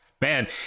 man